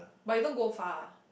but you don't go far